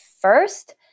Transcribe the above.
first